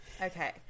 Okay